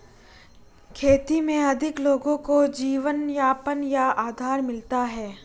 खेती में अधिक लोगों को जीवनयापन का आधार मिलता है